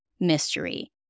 mystery